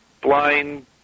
blind